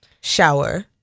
shower